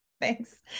thanks